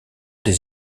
des